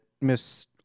Miss